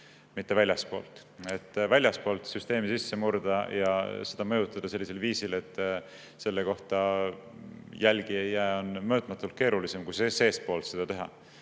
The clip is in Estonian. mitte väljastpoolt. Väljastpoolt süsteemi sisse murda ja seda mõjutada sellisel viisil, et selle kohta jälgi ei jää, on mõõtmatult keerulisem, kui seestpoolt seda teha.